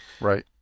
Right